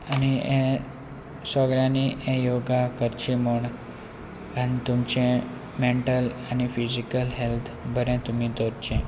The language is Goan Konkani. आनी हे सगल्यांनी हे योगा करचे म्हूण आनी तुमचे मँटल आनी फिजिकल हॅल्त बरें तुमी दवरचें